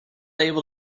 able